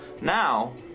Now